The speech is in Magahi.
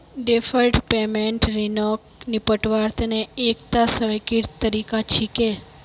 डैफर्ड पेमेंट ऋणक निपटव्वार तने एकता स्वीकृत तरीका छिके